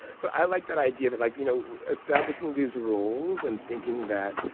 so i like that idea that, like, you know, establishing these rules and thinking that,